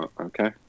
okay